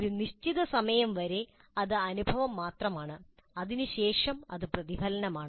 ഒരു നിശ്ചിത സമയം വരെ അത് അനുഭവം മാത്രമാണ് അതിനുശേഷം അത് പ്രതിഫലനമാണ്